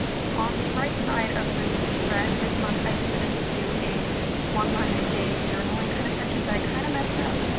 on the right side of this spread, this month i decided to do a one line a day journaling kind of section, but i kind of messed up.